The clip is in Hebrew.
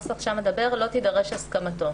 שם הנוסח קובע "לא תידרש הסכמתו".